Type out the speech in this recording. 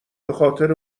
بخاطر